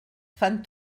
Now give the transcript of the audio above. fan